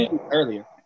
earlier